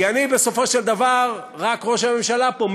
כי אני בסופו של דבר רק ראש הממשלה פה,